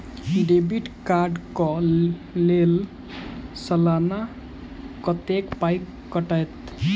Debit card कऽ लेल सलाना कत्तेक पाई कटतै?